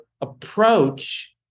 approach